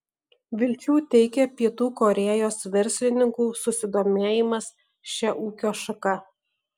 vilčių teikia pietų korėjos verslininkų susidomėjimas šia ūkio šaka